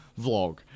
vlog